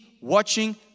watching